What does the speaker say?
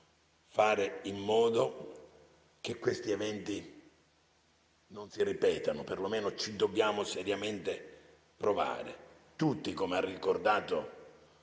fare in modo che questi eventi non si ripetano. Perlomeno dobbiamo seriamente provarci. Tutti - come ha ricordato